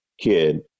kid